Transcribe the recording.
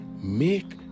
Make